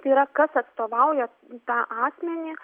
tai yra kas atstovauja tą asmenį